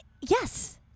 Yes